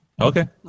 Okay